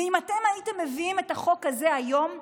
ואם אתם הייתם מביאים את החוק הזה היום,